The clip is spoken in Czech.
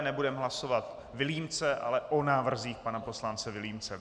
Nebudeme hlasovat Vilímce, ale o návrzích pana poslance Vilímce.